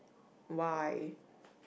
why